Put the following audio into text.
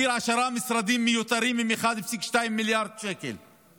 השאיר עשרה משרדים מיותרים עם 1.2 מיליארד שקל.